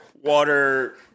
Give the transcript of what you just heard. water—